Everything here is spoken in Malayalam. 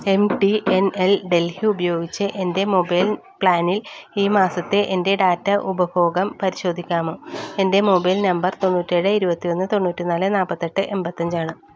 M T N L Delhi ഉപയോഗിച്ച് എൻറ്റെ മൊബൈൽ പ്ലാനിൽ ഈ മാസത്തെ എൻറ്റെ ഡാറ്റാ ഉപഭോഗം പരിശോധിക്കാമോ എൻറ്റെ മൊബൈൽ നമ്പർ തൊണ്ണൂറ്റിയേഴ് ഇരുപത്തിയൊന്ന് തൊണ്ണൂറ്റിനാല് നാല്പ്പത്തിയെട്ട് എണ്പത്തിയഞ്ചാണ്